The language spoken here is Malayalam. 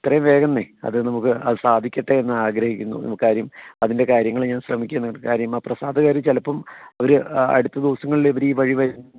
എത്രയും വേഗം തന്നെ അതു നമുക്ക് അതു സാധിക്കട്ടെ എന്നാഗ്രഹിക്കുന്നു നമുക്ക് കാര്യം അതിൻ്റെ കാര്യങ്ങൾ ഞാൻ ശ്രമിക്കുന്നുണ്ട് കാര്യം ആ പ്രസാദകർ ചിലപ്പോൾ അവർ അടുത്ത ദിവസങ്ങളിൽ അവരീ വഴി വരുന്ന